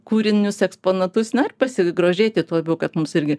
kūrinius eksponatus na ir pasigrožėti tuo labiau kad mums irgi